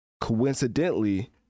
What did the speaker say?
coincidentally